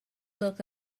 look